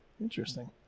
Interesting